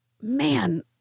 man